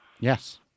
Yes